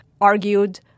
Argued